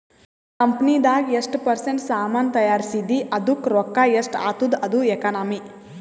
ಕಂಪನಿದಾಗ್ ಎಷ್ಟ ಪರ್ಸೆಂಟ್ ಸಾಮಾನ್ ತೈಯಾರ್ಸಿದಿ ಅದ್ದುಕ್ ರೊಕ್ಕಾ ಎಷ್ಟ ಆತ್ತುದ ಅದು ಎಕನಾಮಿ